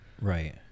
Right